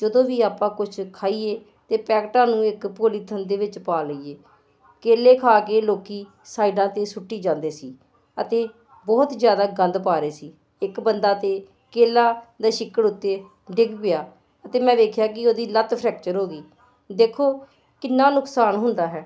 ਜਦੋਂ ਵੀ ਆਪਾਂ ਕੁਝ ਖਾਈਏ ਅਤੇ ਪੈਕਟਾਂ ਨੂੰ ਇੱਕ ਪੋਲੀਥਲ ਦੇ ਵਿੱਚ ਪਾ ਲਈਏ ਕੇਲੇ ਖਾ ਕੇ ਲੋਕ ਸਾਈਡਾਂ 'ਤੇ ਸੁੱਟੀ ਜਾਂਦੇ ਸੀ ਅਤੇ ਬਹੁਤ ਜ਼ਿਆਦਾ ਗੰਦ ਪਾ ਰਹੇ ਸੀ ਇੱਕ ਬੰਦਾ ਤਾਂ ਕੇਲੇ ਦੇ ਸ਼ਿਕੜ ਉੱਤੇ ਡਿਗ ਪਿਆ ਅਤੇ ਮੈਂ ਵੇਖਿਆ ਕਿ ਉਹਦੀ ਲੱਤ ਫੈਰੈਕਚਰ ਹੋ ਗਈ ਦੇਖੋ ਕਿੰਨਾ ਨੁਕਸਾਨ ਹੁੰਦਾ ਹੈ